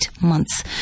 months